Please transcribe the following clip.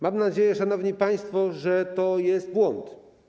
Mam nadzieję, szanowni państwo, że to jest błąd.